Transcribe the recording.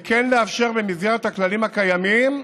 וכן לאפשר, במסגרת הכללים הקיימים,